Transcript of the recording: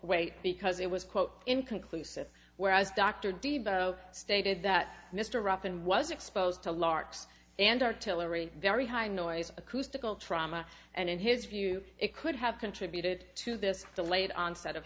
weight because it was quote inconclusive whereas dr debo stated that mr ruffin was exposed to larks and artillery very high noise acoustical trauma and in his view it could have contributed to this delayed onset of